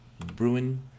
Bruin